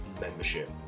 membership